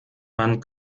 man